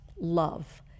love